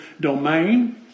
domain